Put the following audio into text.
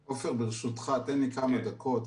עפר, ברשותך, תן לי כמה דקות.